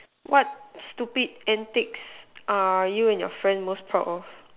what stupid antics are you and your friends most proud of